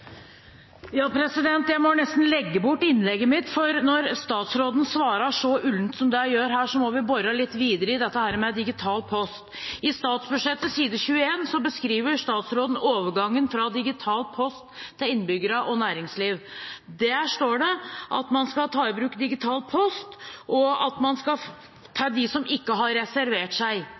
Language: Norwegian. litt videre i dette med digital post. I statsbudsjettet side 21 beskriver statsråden overgangen til digital post til innbyggere og næringsliv. Der står det at man skal ta i bruk digital post til dem som ikke har reservert seg. I eForvaltningsforskriften er det innført reservasjonsadgang for alle som ikke